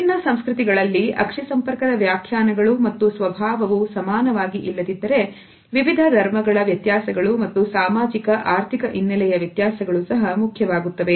ವಿಭಿನ್ನ ಸಂಸ್ಕೃತಿಗಳಲ್ಲಿ ಅಕ್ಷಿ ಸಂಪರ್ಕದ ವ್ಯಾಖ್ಯಾನಗಳು ಮತ್ತು ಸ್ವಭಾವವೂ ಸಮಾನವಾಗಿ ಇಲ್ಲದಿದ್ದರೆ ವಿವಿಧ ಧರ್ಮಗಳ ವ್ಯತ್ಯಾಸಗಳು ಮತ್ತು ಸಾಮಾಜಿಕ ಆರ್ಥಿಕ ಹಿನ್ನೆಲೆಯ ವ್ಯತ್ಯಾಸಗಳು ಸಹ ಮುಖ್ಯವಾಗುತ್ತವೆ